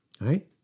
Right